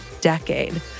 decade